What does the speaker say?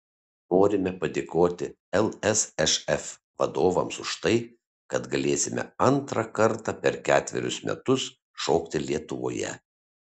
norime padėkoti lsšf vadovams už tai kad galėsime antrą kartą per ketverius metus šokti lietuvoje